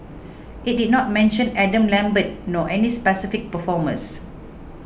it did not mention Adam Lambert nor any specific performers